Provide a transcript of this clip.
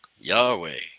Yahweh